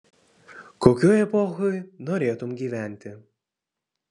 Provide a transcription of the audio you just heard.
kokioj epochoj norėtum gyventi